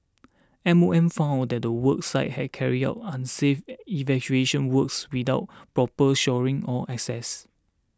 M O M found out that the work site had carried out unsafe excavation works without proper shoring or access